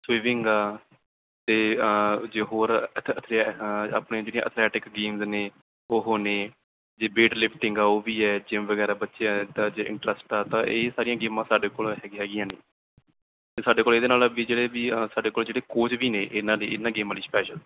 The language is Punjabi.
ਸਵਿਮਿੰਗ ਆ ਅਤੇ ਜੇ ਹੋਰ ਅਥ ਆਪਣੀ ਜਿਹੜੀ ਐਥਲੈਟਿਕ ਗੇਮਸ ਨੇ ਉਹ ਨੇ ਜੀ ਵੇਟ ਲਿਫਟਿੰਗ ਉਹ ਵੀ ਹੈ ਜੇ ਜਿੰਮ ਵਗੈਰਾ ਬੱਚਿਆਂ ਦਾ ਇੰਟਰਸਟ ਆ ਇਹ ਸਾਰੀਆਂ ਗੇਮਾਂ ਸਾਡੇ ਕੋਲ ਹੈਗੀਆਂ ਨੇ ਅਤੇ ਸਾਡੇ ਕੋਲ ਇਹਦੇ ਨਾਲ ਵੀ ਜਿਹੜੇ ਵੀ ਸਾਡੇ ਕੋਲ ਜਿਹੜੇ ਕੋਚ ਵੀ ਨੇ ਇਹਨਾਂ ਗੇਮਾਂ ਲਈ ਸਪੈਸ਼ਲ